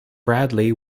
bradley